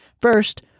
First